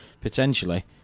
potentially